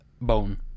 bone